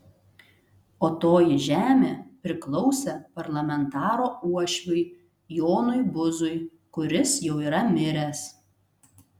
o toji žemė priklausė parlamentaro uošviui jonui buzui kuris jau yra miręs